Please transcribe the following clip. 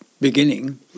beginning